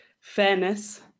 fairness